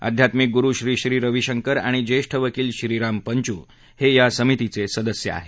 अध्यात्मिक गुरु श्री श्री रवीशंकर आणि ज्येष्ठ वकील श्रीराम पंचू हे या समितीचे सदस्य आहेत